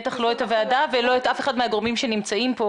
בטח לא את הוועדה ואף אחד מהגורמים שנמצאים פה,